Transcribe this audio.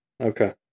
Okay